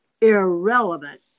irrelevant